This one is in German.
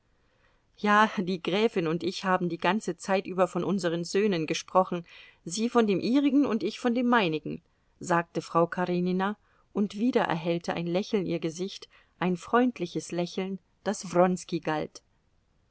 ja die gräfin und ich haben die ganze zeit über von unseren söhnen gesprochen sie von dem ihrigen und ich von dem meinigen sagte frau karenina und wieder erhellte ein lächeln ihr gesicht ein freundliches lächeln das wronski galt